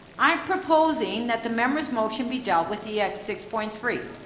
i'm proposing that the members's motion be dealt with e x six point three.